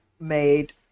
made